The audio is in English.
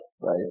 right